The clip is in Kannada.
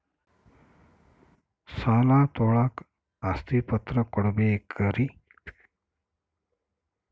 ಸಾಲ ತೋಳಕ್ಕೆ ಆಸ್ತಿ ಪತ್ರ ಕೊಡಬೇಕರಿ?